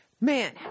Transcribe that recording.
Man